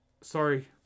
sorry